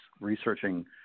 researching